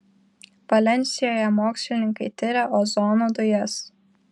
valensijoje mokslininkai tiria ozono dujas